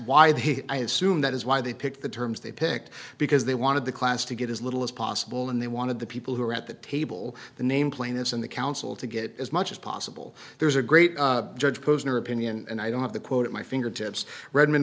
why the i assume that is why they picked the terms they picked because they wanted the class to get as little as possible and they wanted the people who were at the table the name plaintiffs in the council to get as much as possible there's a great judge posner opinion and i don't have the quote at my fingertips redmond